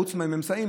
חוץ מהממצאים,